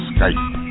Skype